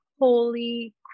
Holy